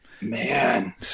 Man